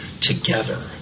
together